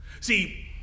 See